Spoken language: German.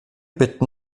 bitten